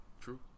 True